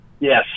Yes